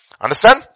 understand